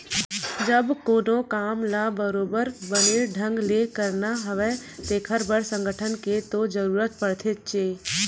जब कोनो काम ल बरोबर बने ढंग ले करना हवय तेखर बर संगठन के तो जरुरत पड़थेचे